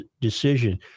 decision